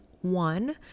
one